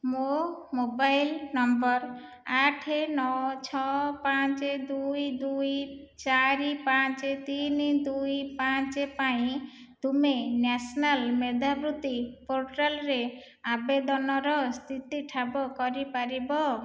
ମୋ mobile number ଆଠ ନଅ ଛଅ ପାଞ୍ଚ ଦୁଇ ଦୁଇ ଚାରି ପାଞ୍ଚ ତିନି ଦୁଇ ପାଞ୍ଚ ପାଇଁ ତୁମେ ନ୍ୟାସ୍ନାଲ୍ ମେଧାବୃତ୍ତି ପୋର୍ଟାଲ୍ରେ ଆବେଦନର ସ୍ଥିତି ଠାବ କରି ପାରିବ